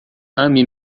ame